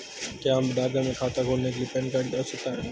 क्या हमें डाकघर में खाता खोलने के लिए पैन कार्ड की आवश्यकता है?